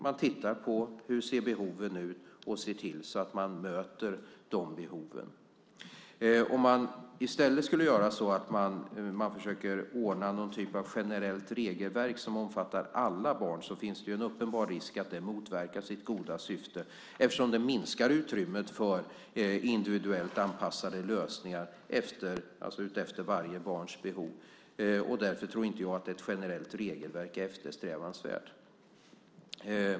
Man tittar på hur behoven ser ut och ser till så att man möter dem. Om man i stället skulle försöka ordna någon typ av generellt regelverk som omfattar alla barn finns det en uppenbar risk att det motverkar sitt goda syfte eftersom det minskar utrymmet för individuellt anpassade lösningar efter varje barns behov. Därför tror inte jag att ett generellt regelverk är eftersträvansvärt.